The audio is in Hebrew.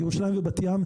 ירושלים ובת ים,